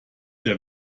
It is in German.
der